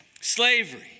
Slavery